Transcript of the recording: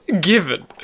given